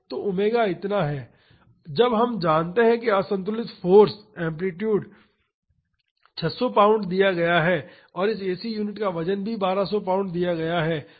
तो ओमेगा इतना है जब हम जानते हैं कि असंतुलित फाॅर्स एम्पलीटूड 600 पाउंड दिया गया है और इस एसी यूनिट का वजन भी 1200 पाउंड दिया गया है